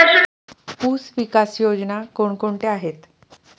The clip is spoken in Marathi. ऊसविकास योजना कोण कोणत्या आहेत?